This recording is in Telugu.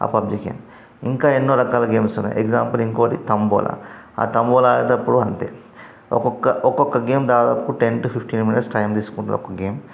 ఆ పబ్జీ గేమ్ ఇంకా ఎన్నో రకాల గేమ్స్ ఉన్నాయి ఎగ్జాంపుల్ ఇంకోటి తంబోలా ఆ తంబోలా ఆడేడప్పుడు అంతే ఒక్కొక్క ఒక్కొక్క గేమ్ దాదాపు ten to fifteen minutes time తీసుకుంటుంది ఒక గేమ్